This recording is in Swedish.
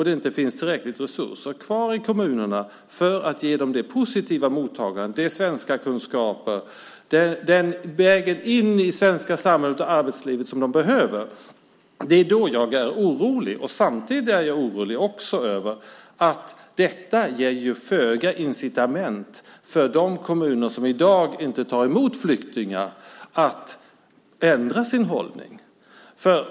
Det finns inte tillräckligt med resurser kvar i kommunerna för att ge dem det positiva mottagandet, svenska kunskaper och den väg in i det svenska samhället och arbetslivet som de behöver. Det är då jag blir orolig. Samtidigt är jag orolig över att detta ger föga incitament för de kommuner som i dag inte tar emot flyktingar att ändra sin hållning.